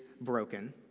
broken